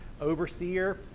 overseer